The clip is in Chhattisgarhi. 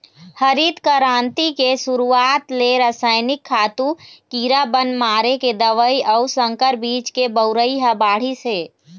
हरित करांति के सुरूवात ले रसइनिक खातू, कीरा बन मारे के दवई अउ संकर बीज के बउरई ह बाढ़िस हे